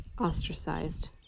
ostracized